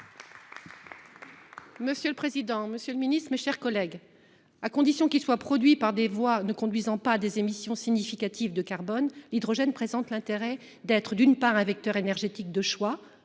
Mme Béatrice Gosselin. Mes chers collègues, à condition qu'il soit produit par des moyens ne conduisant pas à des émissions significatives de carbone, l'hydrogène présente l'intérêt d'être, d'une part, un vecteur énergétique de choix